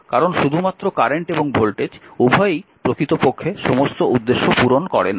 কারণ শুধুমাত্র কারেন্ট এবং ভোল্টেজ উভয়ই প্রকৃতপক্ষে সমস্ত উদ্দেশ্য পূরণ করে না